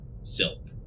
silk